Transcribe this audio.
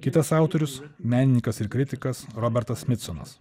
kitas autorius menininkas ir kritikas robertas miconas